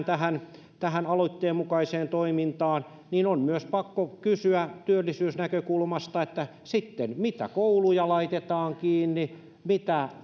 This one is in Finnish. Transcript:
tähän tähän aloitteen mukaiseen toimintaan niin on myös pakko kysyä työllisyysnäkökulmasta mitä kouluja sitten laitetaan kiinni mitä